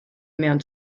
mewn